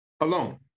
alone